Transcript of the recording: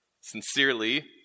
sincerely